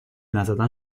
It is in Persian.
نزدن